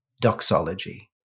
doxology